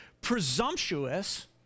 presumptuous